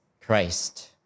Christ